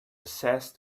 assessed